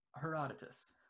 Herodotus